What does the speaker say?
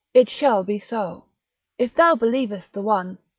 it shall be so if thou believest the one,